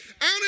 out